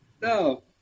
No